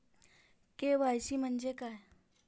KYC म्हंजे काय?